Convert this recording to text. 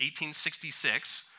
1866